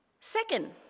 Second